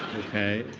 ok.